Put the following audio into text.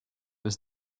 was